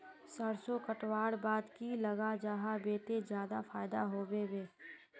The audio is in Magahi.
सरसों कटवार बाद की लगा जाहा बे ते ज्यादा फायदा होबे बे?